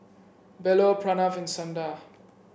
Bellur Pranav and Sundar